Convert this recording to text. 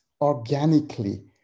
organically